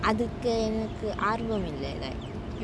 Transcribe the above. என்னக்கு என்னக்கு ஆற்வம் இல்ல:ennaku ennaku aaravam illa